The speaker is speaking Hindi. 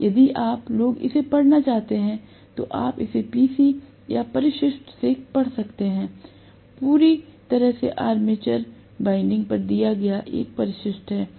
यदि आप लोग इसे पढ़ना चाहते हैं तो आप इसे PC और परिशिष्ट से कर सकते हैं पूरी तरह से आर्मेचर वाइंडिंग पर दिया गया एक परिशिष्ट है